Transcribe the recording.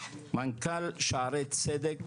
מנכ"ל שערי צדק,